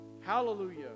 Hallelujah